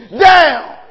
down